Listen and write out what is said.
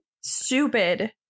stupid